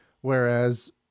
whereas